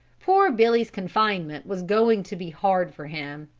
poor billy's confinement was going to be hard for him.